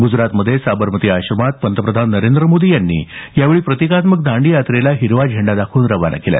गुजरातमध्ये साबरमती आश्रमात पंतप्रधान नरेंद्र मोदी यांनी यावेळी प्रतिकात्मक दांडीयात्रेला हिरवा झेंडा दाखवून रवाना केलं